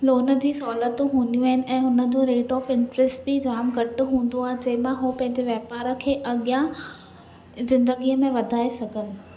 loan जी सहुलियतूं हूंदियूं आहिनि ऐं हुन जो रेट ऑफ इंटरेस्ट बि जाम घटि हूंदो आहे जंहिंमां हो पंहिंजे वापार खे अॻियां ज़िंदगी में वधाए सघनि